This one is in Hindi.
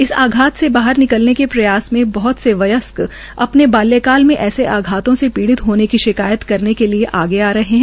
इस आधात से बाहर निकलने के प्रयास में बहत से व्यस्क अपने बाल्यकाल में ऐसे आघातों से पीडि़त होने की शिकायत करने के लिए आगे आ रहे है